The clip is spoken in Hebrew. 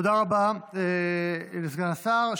תודה רבה לסגן השר.